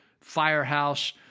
firehouse